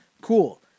cool